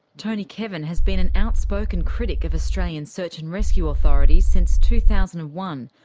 tony kevin has been an outspoken critic of australian search and rescue authorities since two thousand and one,